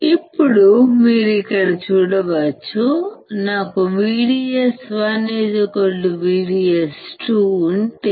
ఇప్పుడు మీరు ఇక్కడ చూడవచ్చు నాకు VDS1 VDS2 ఉంటే లోపం 0 అవుతుంది